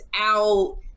out